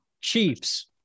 Chiefs